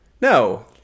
No